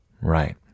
Right